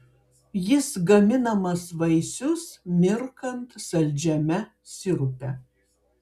jis gaminamas vaisius mirkant saldžiame sirupe